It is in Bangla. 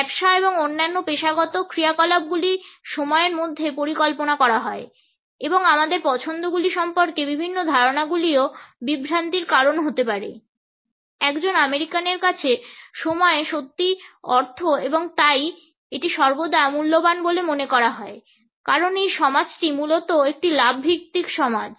ব্যবসা এবং অন্যান্য পেশাগত ক্রিয়াকলাপগুলি সময়ের মধ্যে পরিকল্পনা করা হয় এবং আমাদের পছন্দগুলি সম্পর্কে বিভিন্ন ধারণাগুলিও বিভ্রান্তির কারণ হতে পারে। একজন আমেরিকানের কাছে সময় সত্যিই অর্থ এবং তাই এটি সর্বদা মূল্যবান বলে মনে করা হয় কারণ এই সমাজটি মূলত একটি লাভ ভিত্তিক সমাজ